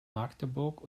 magdeburg